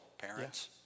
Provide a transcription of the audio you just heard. parents